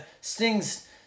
Sting's